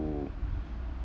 who